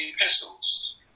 epistles